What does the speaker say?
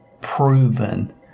proven